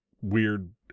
weird